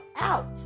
out